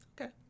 Okay